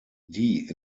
die